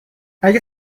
اگه